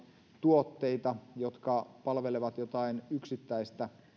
tuotteita jotka palvelevat jotain yksittäistä